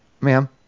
ma'am